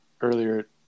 earlier